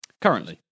Currently